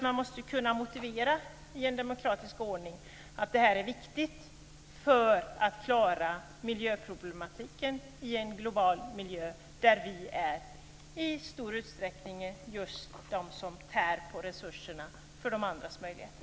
Man måste ju i en demokratisk ordning kunna motivera att det här är viktigt, för att klara miljöproblematiken i en global miljö, där vi i stor utsträckning är just de som tär på resurserna för de andras möjligheter.